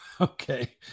Okay